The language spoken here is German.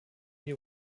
die